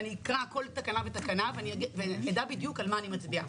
אקרא כל סעיף וסעיף ואדע בדיוק על מה אני מצביעה.